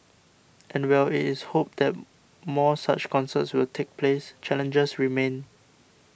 and while it is hoped that more such concerts will take place challenges remain